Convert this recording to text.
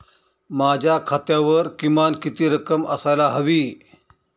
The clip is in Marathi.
माझ्या खात्यावर किमान किती रक्कम असायला हवी?